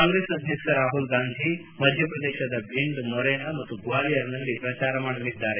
ಕಾಂಗ್ರೆಸ್ ಅಧ್ಯಕ್ಷ ರಾಹುಲ್ ಗಾಂಧಿ ಮಧ್ಯಪ್ರದೇಶದ ಭಿಂಡ್ ಮೊರೆನಾ ಮತ್ತು ಗ್ವಾಲಿಯರ್ನಲ್ಲಿ ಪ್ರಚಾರ ಮಾಡಲಿದ್ದಾರೆ